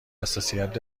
حساسیت